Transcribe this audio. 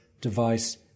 device